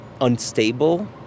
unstable